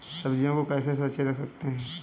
सब्जियों को कैसे सुरक्षित रख सकते हैं?